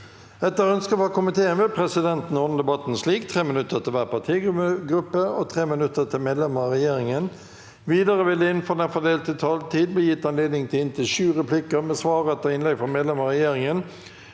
Etter ønske fra justiskomi- teen vil presidenten ordne debatten slik: 3 minutter til hver partigruppe og 3 minutter til medlemmer av regjeringa. Videre vil det – innenfor den fordelte taletid – bli gitt anledning til inntil fem replikker med svar etter innlegg fra medlemmer av regjeringa,